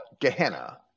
Gehenna